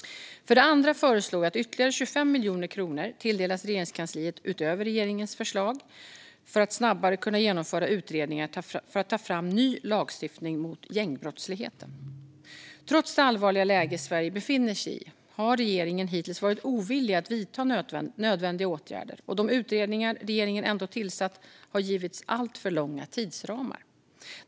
För det andra föreslår vi att ytterligare 25 miljoner kronor tilldelas Regeringskansliet, utöver regeringens förslag, för att snabbare kunna genomföra utredningar för att ta fram ny lagstiftning mot gängbrottsligheten. Trots det allvarliga läge som Sverige befinner sig i har regeringen hittills varit ovillig att vidta nödvändiga åtgärder, och de utredningar som regeringen ändå tillsatt har givits alltför långa tidsramar.